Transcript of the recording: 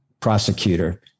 prosecutor